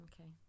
Okay